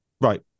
Right